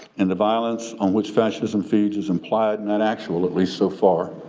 and the violence on which fascism feeds is implied and not actual, at least so far,